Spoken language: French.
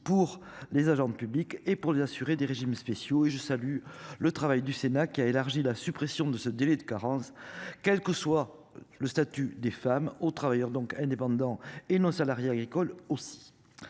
pour les agents publics et pour les assurés des régimes spéciaux et je salue le travail du Sénat qui a élargi la suppression de ce délai de carence, quel que soit le statut des femmes aux travailleurs donc indépendant et non salariés agricoles aussi.